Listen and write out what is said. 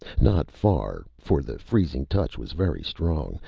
not far, for the freezing touch was very strong.